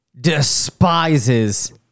despises